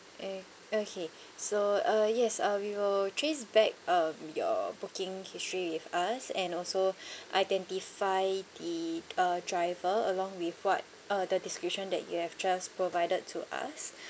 eh okay so uh yes uh we will trace back um your booking history with us and also identify the uh driver along with what uh the description that you have just provided to us